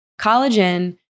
collagen